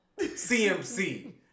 CMC